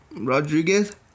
Rodriguez